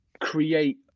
create